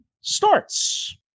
starts